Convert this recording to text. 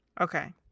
Okay